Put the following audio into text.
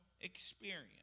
experience